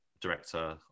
director